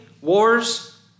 Wars